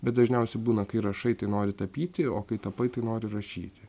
bet dažniausia būna kai rašai tai nori tapyti o kai tapai tai nori rašyti